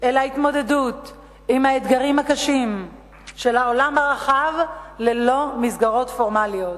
אל ההתמודדות עם האתגרים הקשים של העולם הרחב ללא מסגרות פורמליות.